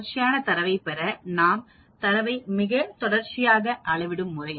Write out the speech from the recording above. தொடர்ச்சியான தரவை பெற நாம் தரவை மிக தொடர்ச்சியாக அளவிடும் முறை